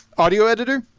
audio editor?